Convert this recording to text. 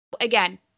again